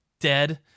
dead